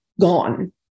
gone